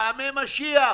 פעמי משיח.